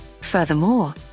Furthermore